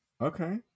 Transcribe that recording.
okay